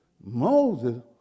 Moses